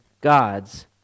God's